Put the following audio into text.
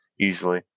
easily